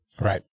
Right